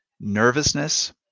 nervousness